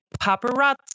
paparazzi